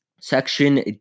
Section